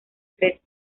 tres